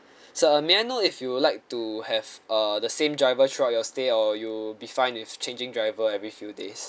sir uh may I if you would like to have uh the same driver throughout your stay or you'll be fine with changing driver every few days